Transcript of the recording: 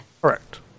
Correct